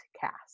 cast